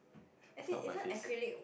is not my face